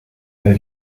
pas